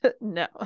No